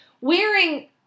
wearing